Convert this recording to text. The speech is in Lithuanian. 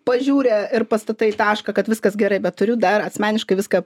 pažiūrę ir pastatai tašką kad viskas gerai bet turiu dar asmeniškai viską